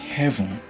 heaven